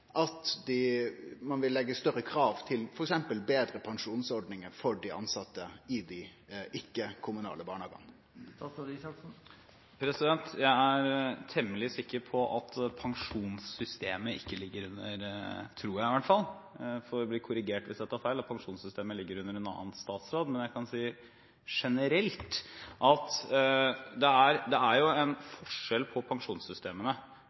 og dei har dårlegare pensjonsordningar. Vil 100 pst. likebehandling – til og med 98 pst. – bety at ein vil setje større krav til f.eks. betre pensjonsordningar for dei tilsette i dei ikkje-kommunale barnehagane? Jeg er temmelig sikker på at pensjonssystemet ikke ligger under. Det tror jeg i hvert fall. Jeg får bli korrigert hvis jeg tar feil, og pensjonssystemet ligger under en annen statsråd. Men jeg kan si generelt at det er jo en forskjell på